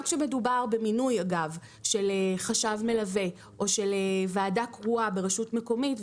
גם כשמדובר במינוי של חשב מלווה או של ועדה קרואה ברשות מקומית,